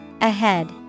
Ahead